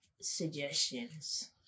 suggestions